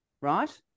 right